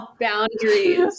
boundaries